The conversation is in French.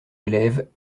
élève